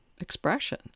expression